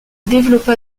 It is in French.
développa